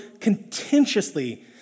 contentiously